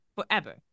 forever